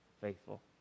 faithful